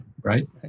right